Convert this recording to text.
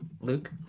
Luke